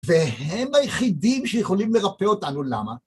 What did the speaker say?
והם היחידים שיכולים לרפא אותנו, למה?